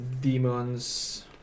Demons